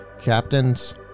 captains